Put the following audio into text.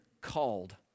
Called